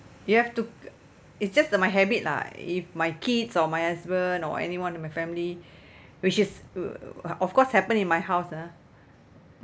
you have to it's just a my habit lah if my kids or my husband or anyone in my family which is of course happen in my house ah